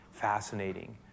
Fascinating